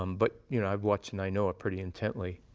um but you know, i've watched nainoa pretty intently,